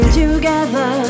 together